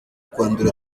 kwandura